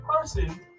person